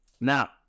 Now